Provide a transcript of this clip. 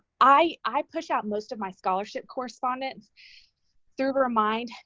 i i push out most of my scholarship correspondence through remind,